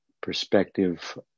perspective